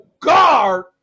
guard